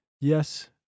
yes